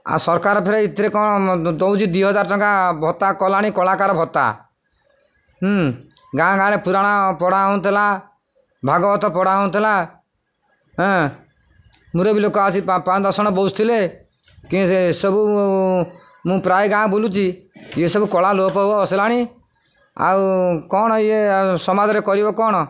ଆଉ ସରକାର ଫେରେ ଏଥିରେ କ'ଣ ଦେଉଛି ଦୁଇ ହଜାର ଟଙ୍କା ଭତ୍ତା କଲାଣି କଳାକାର ଭତ୍ତା ଗାଁ ଗାଁ ରେ ପୁରାଣ ପଢ଼ା ହେଉଥିଲା ଭାଗବତ ପଢ଼ା ହେଉଥିଲା ହଁ ମରେ ବି ଲୋକ ଆସି ପାଞ୍ଚ ଦର୍ଶଣ ବହୁଷ ଥିଲେ କି ଏସବୁ ମୁଁ ପ୍ରାୟ ଗାଁ ବୁଲୁଛି ଇସବୁ କଳା ଲୋପ ହୋଇଆସିଲାଣି ଆଉ କ'ଣ ଇଏ ସମାଜରେ କରିବ କ'ଣ